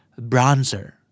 Bronzer